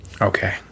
Okay